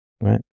right